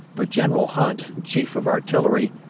but general hunt, chief of artillery,